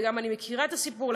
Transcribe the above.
ואני מכירה את הסיפור,